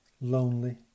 lonely